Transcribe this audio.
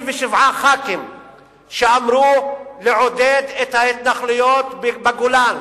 67 חברי כנסת שאמרו לעודד את ההתנחלויות בגולן,